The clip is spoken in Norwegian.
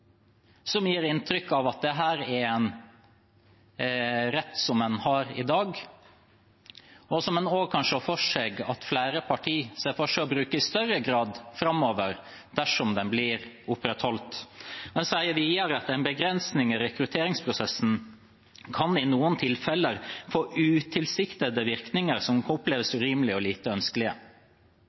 som gir inntrykk av at dette er en rett som en har i dag, og som en også kan se for seg at flere partier vil bruke i større grad framover, dersom den blir opprettholdt. En sier videre: «En begrensning i rekrutteringsprosessen kan i noen tilfeller få utilsiktede virkninger som kan oppleves urimelig og lite